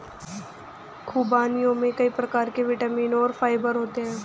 ख़ुबानियों में कई प्रकार के विटामिन और फाइबर होते हैं